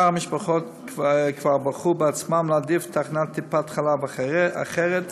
שאר המשפחות כבר בחרו בעצמן להעדיף תחנת טיפת חלב אחרת,